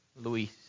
Luis